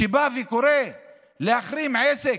שבא וקורא להחרים עסק,